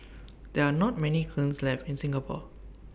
there are not many kilns left in Singapore